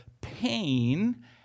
pain